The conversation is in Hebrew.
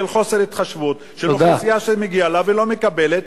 של חוסר התחשבות באוכלוסייה שמגיע לה והיא לא מקבלת,